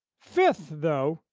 fifth, though,